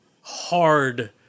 hard